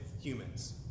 humans